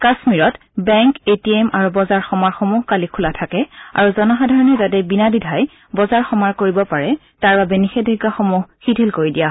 কাশ্মীৰত bank A T M আৰু বজাৰ সমাৰসমূহ কালি খোলা থাকে আৰু জনসাধাৰণে যাতে বিনাদ্বিধাই বজাৰ সমাৰ কৰিব পাৰে তাৰ বাবে নিষেধাজ্ঞাসমূহ শিথিল কৰি দিয়ে